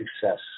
success